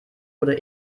wurde